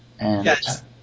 Yes